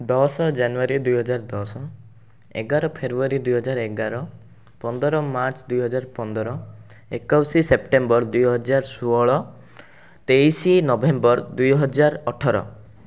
ଦଶ ଜାନୁଆରୀ ଦୁଇ ହଜାର ଦଶ ଏଗାର ଫେରୁଆରୀ ଦୁହଜାର ଏଗାର ପନ୍ଦର ମାର୍ଚ୍ଚ ଦୁଇ ହଜାର ପନ୍ଦର ଏକୋଇଶ ସେପ୍ଟେମ୍ବର ଦୁଇ ହଜାର ଷୋହଳ ତେଇଶ ନଭେମ୍ବର ଦୁଇହଜାର ଅଠର